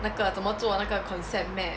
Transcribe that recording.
那个怎么做那个 concept map